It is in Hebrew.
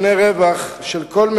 3. מדוע הוטל על